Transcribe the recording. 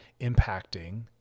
impacting